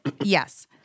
yes